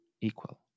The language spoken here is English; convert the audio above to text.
equal